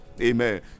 Amen